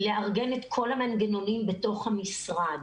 לארגן את כל המנגנונים בתוך המשרד,